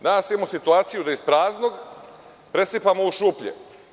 Danas imamo situaciju da iz praznog presipamo u šuplje.